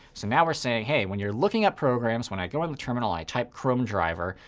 so now we're saying, hey, when you're looking at programs, when i go on the terminal, i type chrome driver.